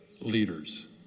leaders